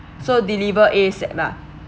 so deliver A set lah